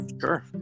Sure